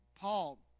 Paul